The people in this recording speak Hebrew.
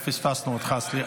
איך פספסנו אותך, סליחה.